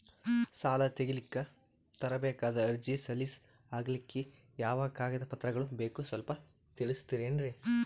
ಸಾಲ ತೆಗಿಲಿಕ್ಕ ತರಬೇಕಾದ ಅರ್ಜಿ ಸಲೀಸ್ ಆಗ್ಲಿಕ್ಕಿ ಯಾವ ಕಾಗದ ಪತ್ರಗಳು ಬೇಕು ಸ್ವಲ್ಪ ತಿಳಿಸತಿರೆನ್ರಿ?